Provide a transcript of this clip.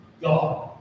God